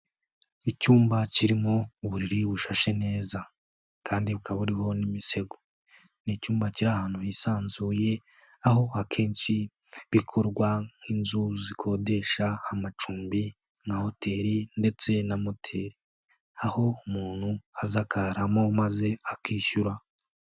Icyumba kirimo uburiri bushashe neza kandi bukaba buriho n'imisego. Ni icyuma kiri ahantu hisanzuye, aho akenshi bikorwa nk'inzu zikodesha amacumbi nka hoteri ndetse na moteri. Aho umuntu aza akararamo maze akishyura.